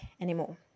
anymore